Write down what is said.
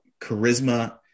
charisma